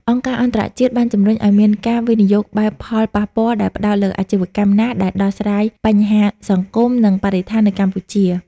អង្គការអន្តរជាតិបានជម្រុញឱ្យមានការវិនិយោគបែបផលប៉ះពាល់ ដែលផ្ដោតលើអាជីវកម្មណាដែលដោះស្រាយបញ្ហាសង្គម និងបរិស្ថាននៅកម្ពុជា។